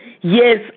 Yes